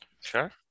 Sure